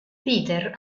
peter